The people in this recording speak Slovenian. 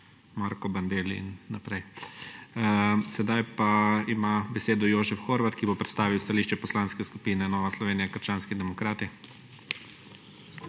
Marko Bandelli in naprej. Sedaj pa ima besedo Jožef Horvat, ki bo predstavil stališče Poslanske skupine Nova Slovenija – krščanski demokrati.